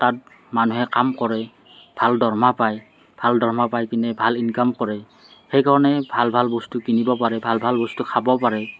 তাত মানুহে কাম কৰে ভাল দৰমহা পায় ভাল দৰমহা পাইপিনে ভাল ইনকাম কৰে সেইকাৰণে ভাল ভাল বস্তু কিনিব পাৰে ভাল ভাল বস্তু খাব পাৰে